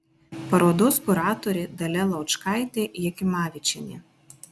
parodos kuratorė dalia laučkaitė jakimavičienė